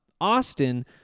Austin